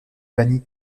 vanille